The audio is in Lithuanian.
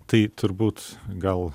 tai turbūt gal